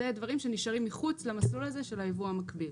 זה דברים שנשארים מחוץ למסלול הזה של היבוא המקביל.